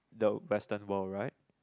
the Western world right